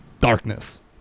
darkness